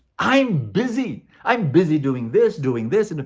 i'm busy! i'm busy doing this, doing this. and